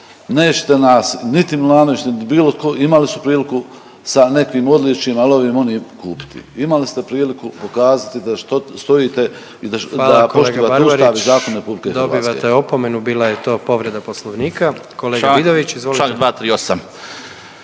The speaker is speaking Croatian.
nećete nas niti Milanović niti bilo tko. Imali su priliku sa nekakvim odličjima, ovim, onim kupiti. Imali ste priliku pokazati da stojite i da poštivate …/Upadica predsjednik: Hvala